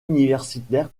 universitaire